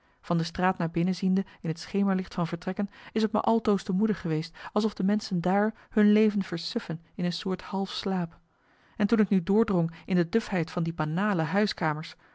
van de straat naar binnen ziende in het schemerlicht van vertrekken is t me altoos te moede geweest alsof de menschen daar hun leven versuffen in een soort halfslaap en toen ik nu doordrong in de dufheid van die banale huiskamers